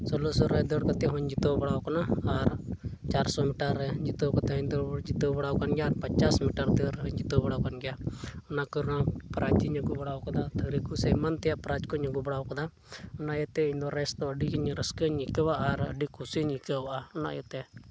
ᱥᱳᱞᱳ ᱥᱚ ᱨᱮ ᱫᱟᱹᱲ ᱠᱟᱛᱮᱫ ᱦᱚᱧ ᱡᱤᱛᱟᱹᱣ ᱵᱟᱲᱟᱣ ᱠᱟᱱᱟ ᱟᱨ ᱪᱟᱨ ᱥᱚ ᱢᱤᱴᱟᱨ ᱨᱮ ᱡᱤᱛᱟᱹᱣ ᱠᱟᱛᱮᱫ ᱦᱚᱧ ᱫᱟᱹᱲ ᱡᱤᱛᱟᱹᱣ ᱵᱟᱲᱟ ᱟᱠᱟᱱ ᱜᱮᱭᱟ ᱟᱨ ᱯᱚᱸᱪᱟᱥ ᱢᱤᱴᱟᱨ ᱫᱟᱹᱲ ᱨᱮᱦᱚᱧ ᱡᱤᱛᱟᱹᱣ ᱵᱟᱲᱟ ᱟᱠᱟᱱ ᱜᱮᱭᱟ ᱚᱱᱟ ᱠᱚ ᱨᱮᱱᱟᱜ ᱯᱨᱟᱭᱤᱡᱽ ᱤᱧ ᱟᱹᱜᱩ ᱵᱟᱲᱟᱣ ᱠᱟᱫᱟ ᱛᱷᱟᱹᱨᱤ ᱠᱚ ᱥᱮ ᱮᱢᱟᱱ ᱛᱮᱭᱟᱜ ᱯᱨᱟᱭᱤᱡᱽ ᱠᱚᱧ ᱟᱹᱜᱩ ᱵᱟᱲᱟᱣ ᱠᱟᱫᱟ ᱚᱱᱟ ᱤᱭᱟᱹᱛᱮ ᱤᱧ ᱫᱚ ᱨᱮᱥ ᱫᱚ ᱟᱹᱰᱤ ᱜᱮᱧ ᱨᱟᱹᱥᱠᱟᱹᱧ ᱟᱹᱭᱠᱟᱹᱣᱟ ᱟᱨ ᱟᱹᱰᱤ ᱠᱩᱥᱤᱧ ᱟᱹᱭᱠᱟᱹᱣᱟ ᱚᱱᱟ ᱤᱭᱟᱹᱛᱮ